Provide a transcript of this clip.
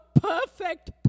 perfect